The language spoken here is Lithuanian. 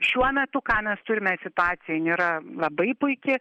šiuo metu ką mes turime situacija nėra labai puiki